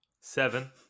seven